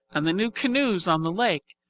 and the new canoes on the lake,